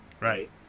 right